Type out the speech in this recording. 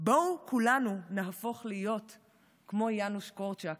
בואו כולנו נהפוך להיות כמו יאנוש קורצ'אק,